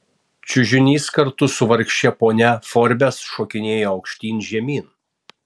čiužinys kartu su vargše ponia forbes šokinėjo aukštyn žemyn